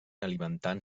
alimentant